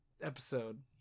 episode